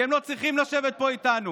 כי הם לא צריכים לשבת פה איתנו.